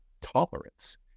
tolerance